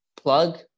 plug